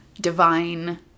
divine